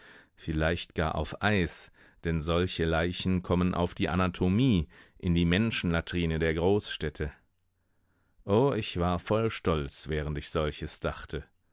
vielleicht gar auf eis denn solche leichen kommen auf die anatomie in die menschenlatrine der großstädte o ich war voll stolz während ich solches dachte